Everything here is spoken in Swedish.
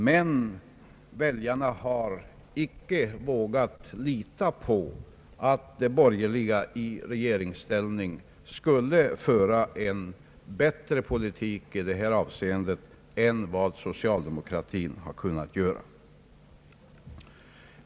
Men väljarna har icke vågat lita på att de borgerliga i regeringsställning skulle föra en bättre politik i detta avseende än vad socialdemokratin har gjort.